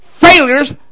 Failures